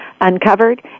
uncovered